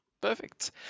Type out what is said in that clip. Perfect